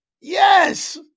Yes